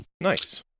nice